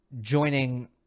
joining